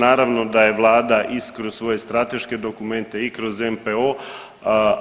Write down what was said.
Naravno da je Vlada i kroz svoje strateške dokumente i kroz NPO,